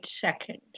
seconds